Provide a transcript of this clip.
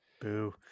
boo